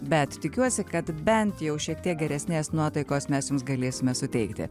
bet tikiuosi kad bent jau šiek tiek geresnės nuotaikos mes jums galėsime suteikti